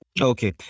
Okay